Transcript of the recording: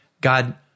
God